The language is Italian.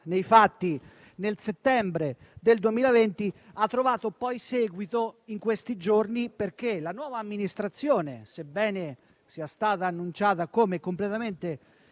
nei fatti nel settembre 2020, ha trovato seguito in questi giorni perché la nuova amministrazione, sebbene sia stata annunciata come completamente